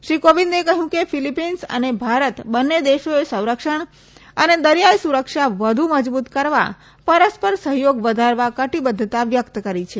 શ્રી કોવિંદે કહ્યું કે ફિલિપીન્સ અને ભારત બંને દેશોએ સંરક્ષણ અને દરિયાઈ સુરક્ષા વધુ મજબૂત કરવા પરસ્પર સહયોગ વધારવા કટિબદ્વતા વ્યક્ત કરી છે